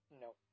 No